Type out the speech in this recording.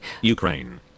Ukraine